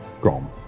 Grom